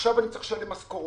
עכשיו אני צריך לשלם משכורות.